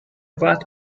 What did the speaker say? vat